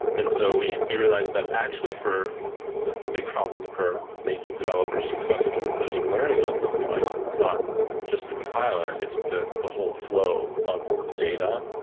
and so we we realized that, actually, for the the big problem for making developers successful with machine learning on these devices, not just the compiler, it's the the whole flow of data,